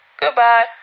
Goodbye